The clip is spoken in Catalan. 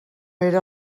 era